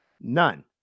none